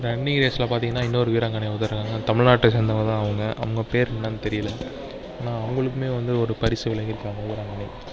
running ரேஸில் பார்த்திங்கனா இன்னொரு வீராங்கனை வந்திருக்காங்க தமிழ்நாட்டை சேந்தவங்க தான் அவங்க அவங்க பேர் என்னன்னு தெரியல ஆனால் அவங்குளுக்குமே வந்து ஒரு பரிசு வழங்கிருக்காங்க வீராங்கனை